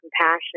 compassion